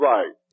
Right